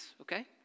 okay